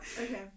okay